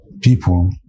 people